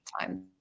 time